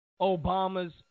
Obama's